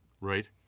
Right